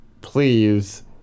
please